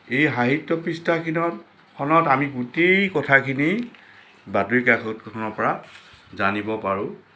এই সাহিত্য পৃষ্ঠাকেইটাৰ ফলত আমি গোটেই কথাখিনি বাতৰি কাকতখনৰ পৰা জানিব পাৰোঁ